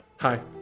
Hi